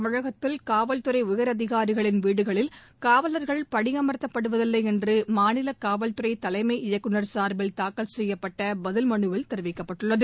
தமிழகத்தில் உயரதிகாரிகளின் வீடுகளில் முன்னதாக காவலர்கள் பணியமர்த்தப்படுவதில்லை என்று மாநில காவல்துறை தலைமை இயக்குநர் சார்பில் தாக்கல் செய்யப்பட்ட பதில் மனுவில் தெரிவிக்கப்பட்டுள்ளது